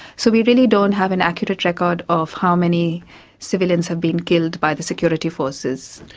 so we really don't have an accurate record of how many civilians have been killed by the security forces.